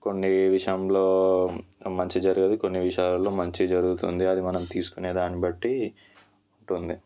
కొన్ని విషయంలో మంచి జరగదు కొన్ని విషయాలలో మంచి జరుగుతుంది అది మనం తీసుకునే దాన్నిబట్టి ఉంటుంది